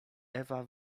ewa